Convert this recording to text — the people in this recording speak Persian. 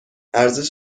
ارزش